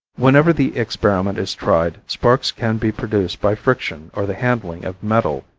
whenever the experiment is tried, sparks can be produced by friction or the handling of metal,